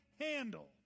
handle